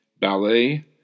ballet